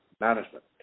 management